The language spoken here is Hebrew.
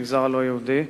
במגזר הלא-יהודי.